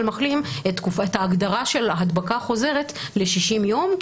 מחלים את תקופת ההגדרה של הדבקה חוזרת ל-60 יום,